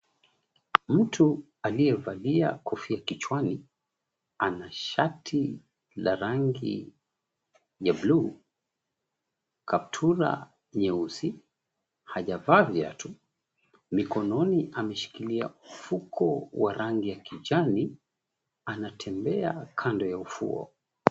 Mtu aliyevalia kofia kichwani, ana shati la rangi ya blue , kaptula nyeusi, hajavaa viatu, mkononi ameshikilia mfuko wa rangi ya kijani, anatembea kando ya ufuo.